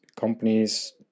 companies